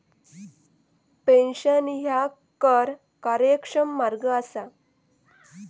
pension ह्या कर कार्यक्षम मार्ग असा